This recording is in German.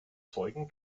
zeugen